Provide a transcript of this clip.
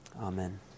Amen